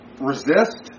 resist